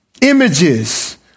images